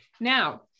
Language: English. Now